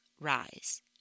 Rise